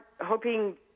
hoping